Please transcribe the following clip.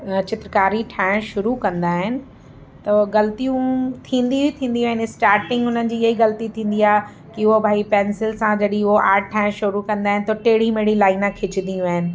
चित्रकारी ठाहिण शुरू कंदा आहिनि त ग़लतियूं थींदियूं ई थींदियूं आहिनि स्टार्टिंग उन्हनि जी इअं ग़लती थींदी आहे कि उहा भई पेंसिल सां जॾहिं उहो आर्ट ठाहिण शुरू कंदा आहिनि त टेढ़ी मेढ़ी लाइना खिचंदियूं आहिनि